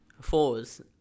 Fours